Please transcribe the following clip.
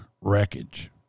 wreckage